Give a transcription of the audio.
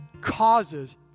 causes